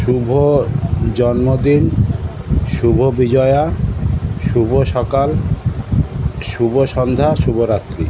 শুভ জন্মদিন শুভ বিজয়া শুভ সকাল শুভ সন্ধ্যা শুভ রাত্রি